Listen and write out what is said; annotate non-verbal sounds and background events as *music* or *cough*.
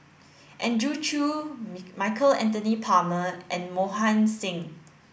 Andrew Chew *unintelligible* Michael Anthony Palmer and Mohan Singh